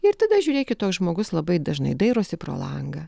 ir tada žiūrėkit toks žmogus labai dažnai dairosi pro langą